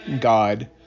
God